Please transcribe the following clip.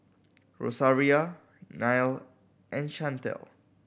Rosaria Neil and Shantel